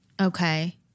Okay